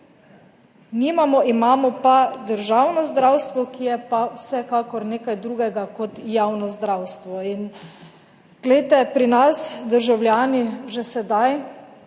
Imamo pa državno zdravstvo, ki je pa vsekakor nekaj drugega kot javno zdravstvo. Pri nas državljani že sedaj